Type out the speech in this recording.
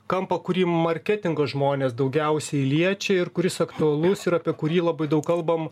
kampą kurį marketingo žmonės daugiausiai liečia ir kuris aktualus ir apie kurį labai daug kalbam